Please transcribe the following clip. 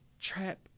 Trap